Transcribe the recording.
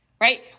right